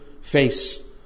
face